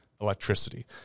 electricity